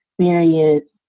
Experience